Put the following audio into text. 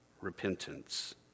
repentance